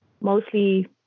mostly